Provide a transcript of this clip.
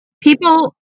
people